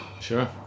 Sure